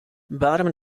bottom